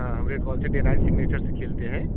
हाँ red ball से day night signature से खेलते हैं